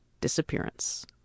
disappearance